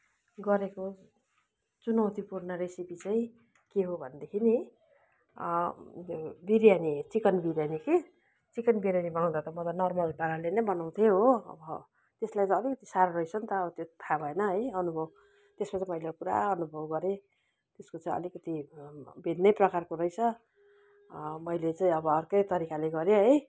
गरेको चुनौतीपूर्ण रेसिपी चाहिँ के हो भनेदेखि नि बिरयानी चिकन बिरयानी के चिकन बिरयानी बनाउँदा त म त नर्मल पाराले नै बनाउँथेँ हो त्यसलाई अलिकति साह्रो रहेछ नि त है अब थाहा भएन है अनुभव त्यसले त मैले पुरा अनुभव गरेँ त्यसको चाहिँ अलिकति भिन्नै प्रकारको रहेछ मैले चाहिँ अब अर्कै तरिकाले गरेँ है